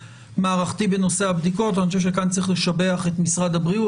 מערכתי בנושא הבדיקות ואני חושב שכאן צריך לשבח את משרד הבריאות,